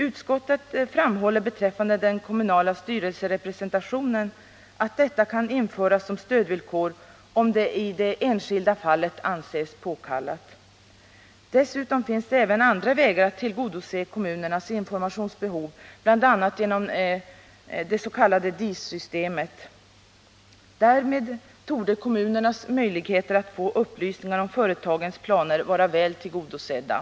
Utskottet framhåller beträffande den kommunala styrelserepresentationen att detta kan införas som stödvillkor om det i det enskilda fallet anses påkallat. Dessutom finns det även andra vägar att tillgodose kommunernas informationsbehov bl.a. genom det s.k. DIS-systemet. Därmed torde kommunernas möjligheter att få upplysningar om företagens planer vara väl tillgodosedda.